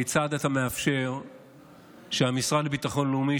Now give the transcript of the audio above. כיצד אתה מאפשר שהמשרד לביטחון לאומי,